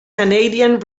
canadian